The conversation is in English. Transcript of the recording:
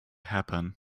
happen